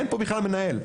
אין פה בכלל מנהל.